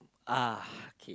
uh okay